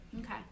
Okay